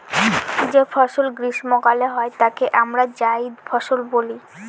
যে ফসল গ্রীস্মকালে হয় তাকে আমরা জাইদ ফসল বলি